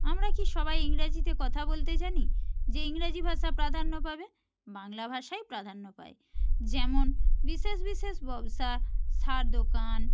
আমরা কি সবাই ইংরাজিতে কথা বলতে জানি যে ইংরাজি ভাষা প্রাধান্য পাবে বাংলা ভাষাই প্রাধান্য পায় যেমন বিশেষ বিশেষ ব্যবসা সার দোকান